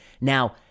Now